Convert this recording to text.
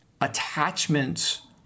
attachments